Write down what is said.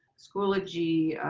schoology,